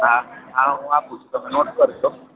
હા હા હું આપું છું તમે નોટ કરજો